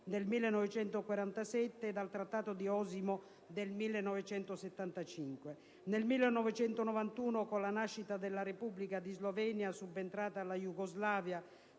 del 1947 e dal Trattato di Osimo del 1975. Nel 1991, con la nascita della Repubblica di Slovenia, subentrata alla Jugoslavia